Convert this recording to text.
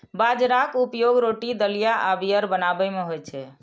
बाजराक उपयोग रोटी, दलिया आ बीयर बनाबै मे होइ छै